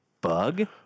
Bug